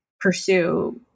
pursue